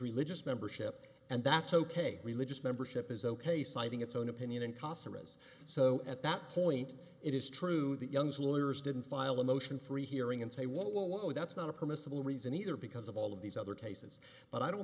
religious membership and that's ok religious membership is ok citing its own opinion and casarez so at that point it is true that young's lawyers didn't file a motion three hearing and say whoa whoa that's not a permissible reason either because of all of these other cases but i don't